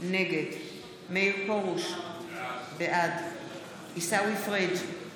נגד מאיר פרוש, בעד עיסאווי פריג'